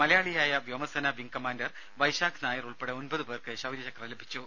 മലയാളിയായ വ്യോമസേന wing commander Vaishakh Nair ഉൾപ്പെടെ ഒമ്പതു പേർക്ക് ശൌര്യചക്ര ലഭിച്ചു